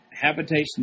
habitation